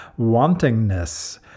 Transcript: wantingness